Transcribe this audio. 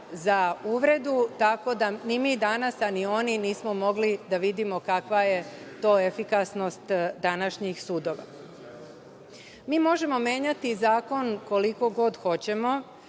za uvredu, tako da ni mi danas, a ni oni, nismo mogli da vidimo kakva je to efikasnost današnjih sudova. Mi možemo menjati zakon koliko god hoćemo,